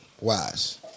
wise